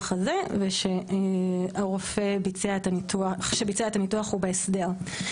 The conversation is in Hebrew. הזה ושהרופא שביצע את הניתוח הוא בהסדר.